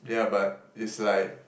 ya but is like